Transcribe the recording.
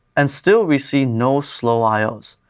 and still we see no slow ios.